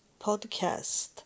podcast